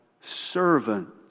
servants